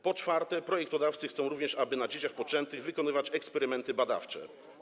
Po czwarte, projektodawcy chcą również, aby na dzieciach poczętych wykonywać eksperymenty badawcze.